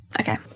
Okay